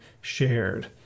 shared